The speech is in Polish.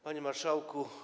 Panie Marszałku!